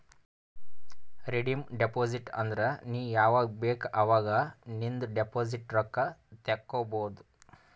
redeem deposit ಅಂದುರ್ ನೀ ಯಾವಾಗ್ ಬೇಕ್ ಅವಾಗ್ ನಿಂದ್ ಡೆಪೋಸಿಟ್ ರೊಕ್ಕಾ ತೇಕೊಬೋದು